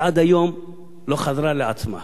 היא עד היום לא חזרה לעצמה.